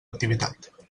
activitat